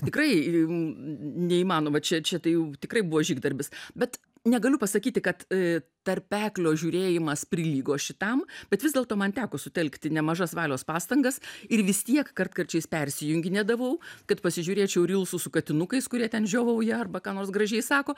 tikrai neįmanoma čia čia tai jau tikrai buvo žygdarbis bet negaliu pasakyti kad tarpeklio žiūrėjimas prilygo šitam bet vis dėlto man teko sutelkti nemažas valios pastangas ir vis tiek kartkarčiais persijunginėdavau kad pasižiūrėčiau rylsus su katinukais kurie ten žiovauja arba ką nors gražiai sako